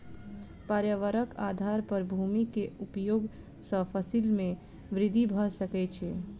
पर्यावरणक आधार पर भूमि के उपयोग सॅ फसिल में वृद्धि भ सकै छै